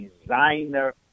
designer